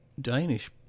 Danish